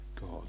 God